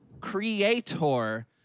creator